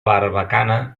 barbacana